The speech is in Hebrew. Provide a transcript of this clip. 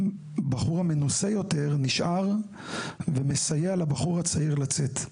הבחור המנוסה יותר נשאר ומסייע לבחור הצעיר לצאת.